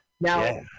Now